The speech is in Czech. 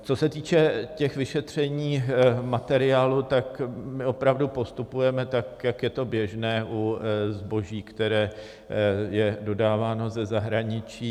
Co se týče vyšetření materiálu, tak my opravdu postupujeme tak, jak je to běžné u zboží, které je dodáváno ze zahraničí.